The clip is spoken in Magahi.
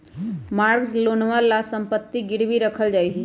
मॉर्गेज लोनवा ला सम्पत्ति गिरवी रखल जाहई